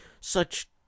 Such